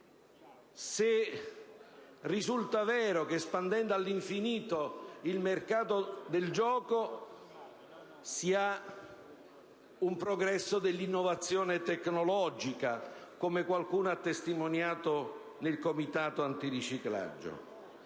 se risulta vero che, espandendo all'infinito il mercato del gioco, si ha un progresso dell'innovazione tecnologica, come qualcuno ha testimoniato nel Comitato antiriciclaggio;